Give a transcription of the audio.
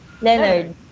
Leonard